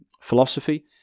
philosophy